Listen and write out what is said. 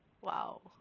wow